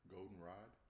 Goldenrod